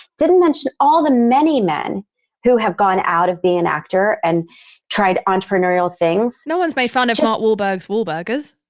didn't mention all the many men who have gone out of being an actor and tried entrepreneurial things no one's made fun of and mark wahlberg's wahlburgers